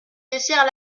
desserts